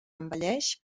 envelleix